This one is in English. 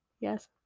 yes